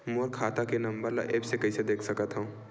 मोर खाता के नंबर ल एप्प से कइसे देख सकत हव?